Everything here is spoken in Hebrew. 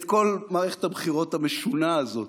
את כל מערכת הבחירות המשונה הזאת